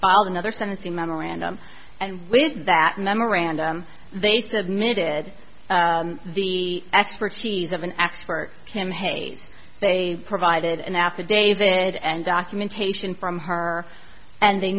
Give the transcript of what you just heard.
filed another sentencing memorandum and with that memorandum they submitted the expertise of an expert kim hey they provided an affidavit and documentation from her and they